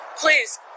please